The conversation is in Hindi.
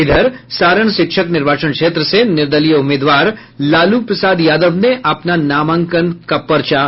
इधर सारण शिक्षक निर्वाचन क्षेत्र से निर्दलीय उम्मीदवार लालू प्रसाद यादव ने अपना नामांकन पर्चा भरा